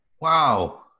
Wow